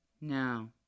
No